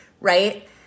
right